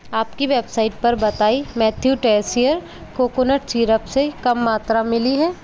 आपकी वेबसाइट पर बताई मैथ्यू टैसिएर कोकोनट सिरप से कम मात्रा मिली है